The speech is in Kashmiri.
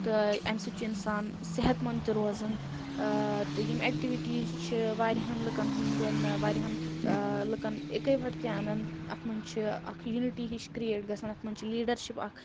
تہٕ اَمہِ سۭتۍ چھُ اِنسان صحت منٛد تہِ روزان تہٕ یِم ایٚکٹِوِٹیٖز چھِ واریاہَن لُکَن ہٕنٛدؠن واریاہَن لُکَن یِکہٕ وَٹہٕ تہِ اَنَان اَتھ منٛز چھِ اَکھ یوٗنِٹی ہِش کِرٛیٹ گژھان اَتھ منٛز چھِ لیٖڈَر شِپ اَکھ